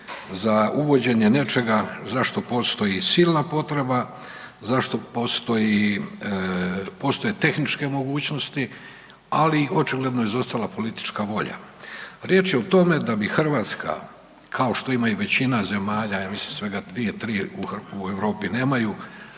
uvođenje nečega za što postoji silna potreba, za što postoje tehničke mogućnosti, ali je očigledno izostala politička volja. Riječ je o tome da bi Hrvatska kao što ima i većina zemalja ja mislim svega 2-3 u Europi nemaju